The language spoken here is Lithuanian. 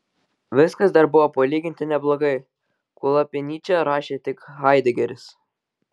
viskas dar buvo palyginti neblogai kol apie nyčę rašė tik haidegeris